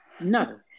No